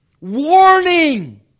warning